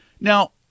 now